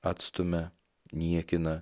atstumia niekina